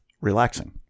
relaxing